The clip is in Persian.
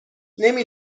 نمی